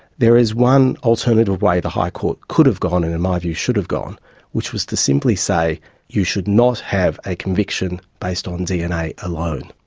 there is one alternative way the high court could have gone and in my view should have gone which was to simply say you should not have a conviction based on dna alone.